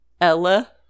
Ella